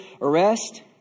arrest